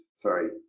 Sorry